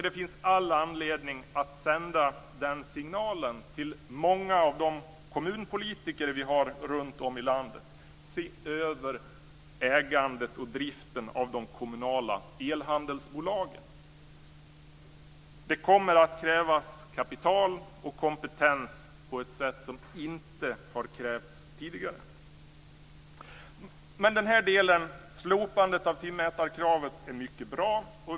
Det finns all anledning att sända signalen till många av de kommunpolitiker vi har runtom i landet: Se över ägandet och driften av de kommunala elhandelsbolagen. Det kommer att krävas kapital och kompetens på ett sätt som inte har krävts tidigare. Slopandet av timmätarkravet är mycket bra.